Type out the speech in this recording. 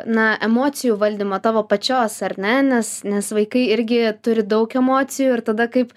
na emocijų valdymo tavo pačios ar ne nes nes vaikai irgi turi daug emocijų ir tada kaip